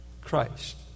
Christ